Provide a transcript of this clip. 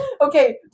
Okay